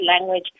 language